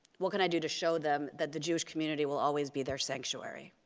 what can i do to show them that the jewish community will always be their sanctuary?